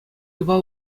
юпа